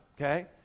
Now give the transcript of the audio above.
okay